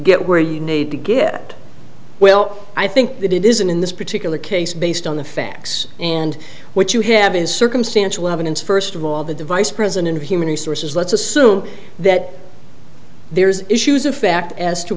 get where you need to get well i think that it isn't in this particular case based on the facts and what you have is circumstantial evidence first of all the device prison and human resources let's assume that there's issues of fact as to